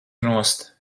nost